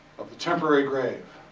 of the temporary grave?